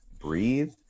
Breathe